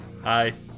hi